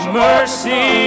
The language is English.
mercy